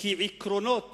כעקרונות